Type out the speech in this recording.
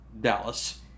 Dallas